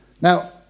Now